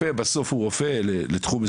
ולאפשר להם להשקיע את כוחם בהתמודדות עם אסון המחלה.